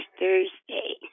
Thursday